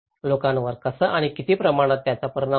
लोकांवर कसा आणि किती प्रमाणात याचा परिणाम होतो